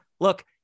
look